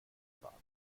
fahren